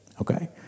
okay